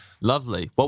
lovely